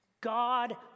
God